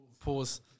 Pause